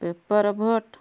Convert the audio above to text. paper boat